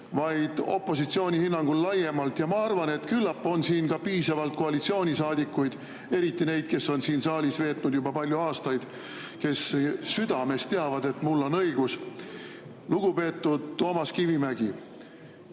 vaid opositsiooni hinnangul laiemalt – ja ma arvan, et küllap on siin piisavalt ka koalitsioonisaadikuid, eriti neid, kes on siin saalis veetnud juba palju aastaid ja kes südames teavad, et mul on õigus. Lugupeetud Toomas Kivimägi!